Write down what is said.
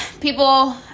people